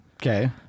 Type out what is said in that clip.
Okay